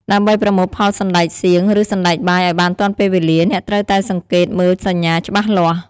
ដើម្បីប្រមូលផលសណ្ដែកសៀង ឬសណ្ដែកបាយឲ្យបានទាន់ពេលវេលា អ្នកត្រូវតែសង្កេតមើលសញ្ញាច្បាស់លាស់។